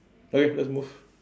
okay let's move